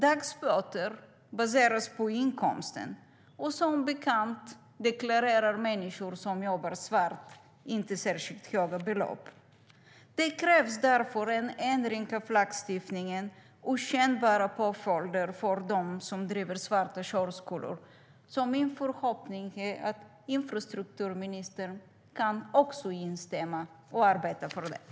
Dagsböter baseras på inkomsten, och som bekant deklarerar människor som jobbar svart inte särskilt höga belopp.